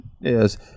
yes